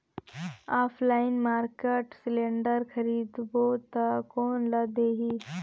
Online market cylinder खरीदबो ता कोन ला देही?